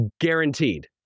guaranteed